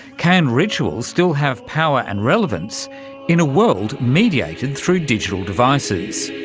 can rituals still have power and relevance in a world mediated through digital devices?